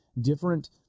different